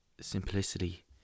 simplicity